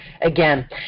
again